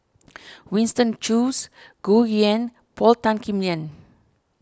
Winston Choos Gu Juan Paul Tan Kim Liang